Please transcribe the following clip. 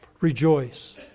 Rejoice